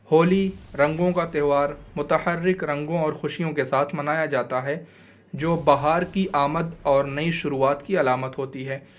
ہولی رنگوں کا تہوار متحرک رنگوں اور خوشیوں کے ساتھ منایا جاتا ہے جو بہار کی آمد اور نئی شروعات کی علامت ہوتی ہے